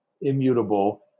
immutable